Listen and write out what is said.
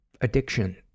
addiction